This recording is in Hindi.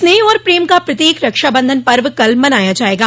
स्नेह और प्रेम का प्रतीक रक्षाबंधन पर्व कल मनाया जायेगा